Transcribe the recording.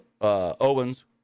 Owens